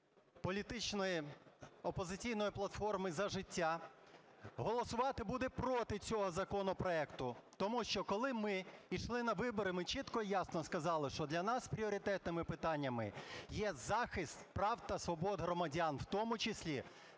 політичної "Опозиційної платформи – За життя" голосувати буде проти цього законопроекту. Тому що, коли ми пішли на вибори, ми чітко і ясно сказали, що для нас пріоритетними питаннями є захист прав та свобод громадян, в тому числі